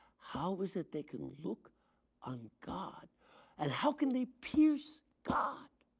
how is that they can look on god and how can they pierce god?